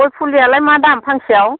गय फुलियालाय मा दाम फांसेआव